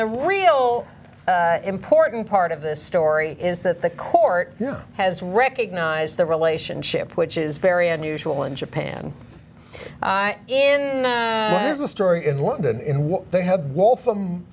the real important part of this story is that the court has recognized the relationship which is very unusual in japan in the story in london in what they had waltham